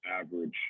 average